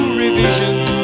revisions